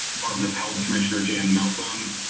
um and health commissioner jan malcolm,